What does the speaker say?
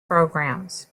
programs